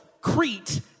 Crete